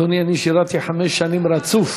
אדוני, אני שירתי חמש שנים רצוף,